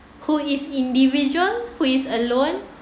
who is individual who is alone